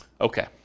Okay